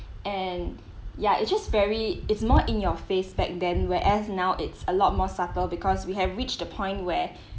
and ya it's just very it's more in your face back them whereas now it's a lot more subtle because we have reached a point where